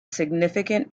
significant